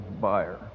buyer